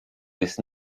jest